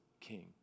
king